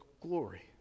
glory